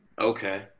Okay